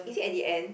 is it at the end